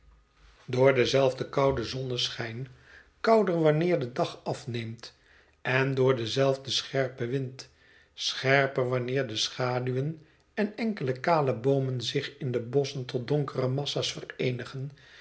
door denzelfden kouden zonneschijn kouder wanneer de dag afneemt en door denzelfden scherpen wind scherper wanneer de schaduwen en enkele kale boomen zich in de bosschen tot donkere massa's vereenigen